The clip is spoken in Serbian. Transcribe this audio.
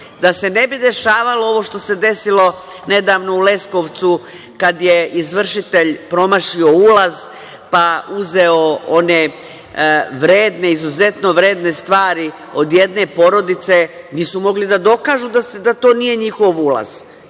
se ne bi dešavalo ovo što se desilo nedavno u Leskovcu, kad je izvršitelj promašio ulaz, pa uzeo izuzetno vredne stvari od jedne porodice. Nisu mogli da dokažu da to nije njihov ulaz,